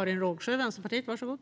Fru talman!